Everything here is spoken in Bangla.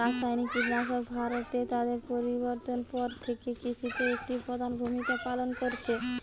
রাসায়নিক কীটনাশক ভারতে তাদের প্রবর্তনের পর থেকে কৃষিতে একটি প্রধান ভূমিকা পালন করেছে